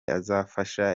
azafasha